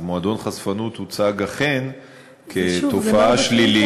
אז מועדון חשפנות הוצג אכן כתופעה שלילית.